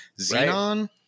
Xenon